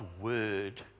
word